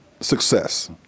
success